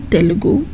Telugu